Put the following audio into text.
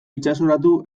itsasoratu